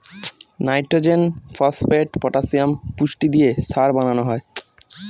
nitrogen, phosphate, potassium পুষ্টি দিয়ে সার বানানো হয়